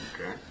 Okay